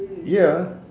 ya